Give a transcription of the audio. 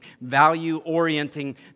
value-orienting